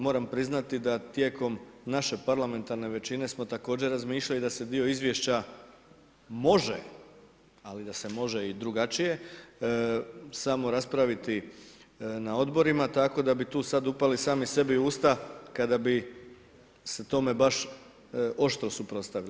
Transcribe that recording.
Moram priznati da tijekom naše parlamentarne većine smo također razmišljali da se dio izvješća može ali da se može i drugačije samo raspraviti na odborima tako da bi tu sada upali sami sebi u usta kada bi se tome baš oštro suprotstavili.